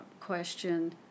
question